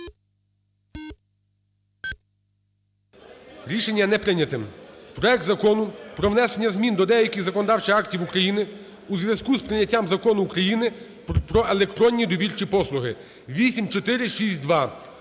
Рішення не прийнято. Проект Закону про внесення змін до деяких законодавчих актів України у зв'язку з прийняттям Закону України "Про електронні довірчі послуги" (8462).